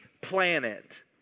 planet